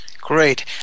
Great